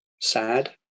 sad